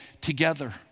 together